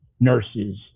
nurses